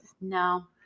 No